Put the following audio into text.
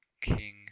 King